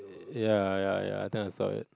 ya ya ya think I saw it